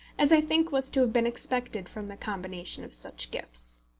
as i think was to have been expected from the combination of such gifts.